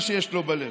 מה שיש לו בלב.